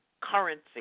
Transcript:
currency